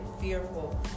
fearful